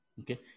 Okay